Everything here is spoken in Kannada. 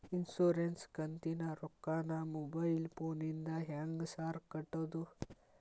ಇನ್ಶೂರೆನ್ಸ್ ಕಂತಿನ ರೊಕ್ಕನಾ ಮೊಬೈಲ್ ಫೋನಿಂದ ಹೆಂಗ್ ಸಾರ್ ಕಟ್ಟದು?